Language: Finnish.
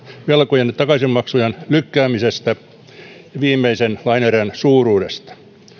velkojen takaisinmaksujen lykkäämisestä ja viimeisen lainaerän suuruudesta